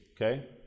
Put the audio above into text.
okay